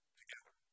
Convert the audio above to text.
together